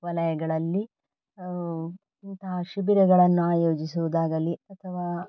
ವಲಯಗಳಲ್ಲಿ ಇಂತಹ ಶಿಬಿರಗಳನ್ನು ಆಯೋಜಿಸುವುದಾಗಲಿ ಅಥವಾ